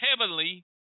heavenly